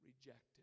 rejected